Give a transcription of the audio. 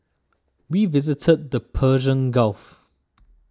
we visited the Persian Gulf